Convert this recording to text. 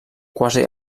quasi